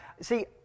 See